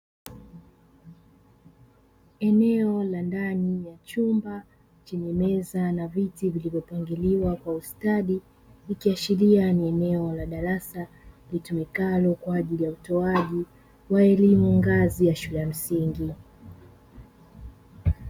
Eneo la ndani ya chumba chenyemeza na viti vilivyopangiliwa kwa ustadi, ikiashiria ni eneo la darasa litumikalo kwa ajili ya utoaji wa elimu ngazi ya shule ya msingi.